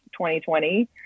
2020